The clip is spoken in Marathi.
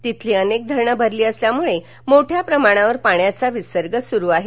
तिथली अनेक धरणं भरली असल्यामुळे मोठ्या प्रमाणावर पाण्याचा विसर्ग सुरू आहे